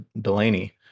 Delaney